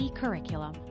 Curriculum